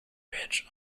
ridge